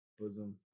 Bosom